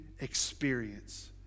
experience